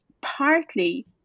partly